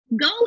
go